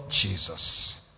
Jesus